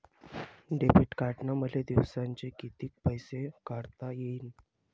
Debit कार्डनं मले दिवसाले कितीक पैसे काढता येईन?